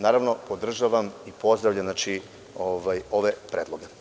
Naravno, podržavam i pozdravljam ove predloge.